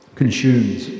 consumes